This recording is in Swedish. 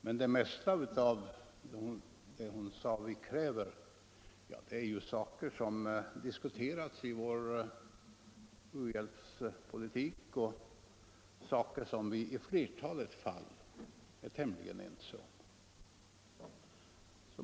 Men det mesta av vad fru Nettelbrandt kallade ”vi kräver” är ju saker som diskuterats i vår u-hjälpspolitik och som vi i flertalet fall är tämligen ense om.